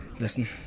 listen